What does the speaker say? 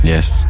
Yes